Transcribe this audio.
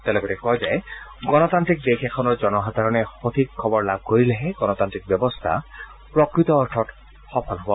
তেওঁ লগতে কয় যে গণতান্ত্ৰিক দেশ এখনৰ জনসাধাৰণে সঠিক খবৰ লাভ কৰিলেহে গণতান্ত্ৰিক ব্যৱস্থা প্ৰকৃত অৰ্থত সফল হ'ব